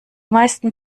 meisten